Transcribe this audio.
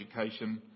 education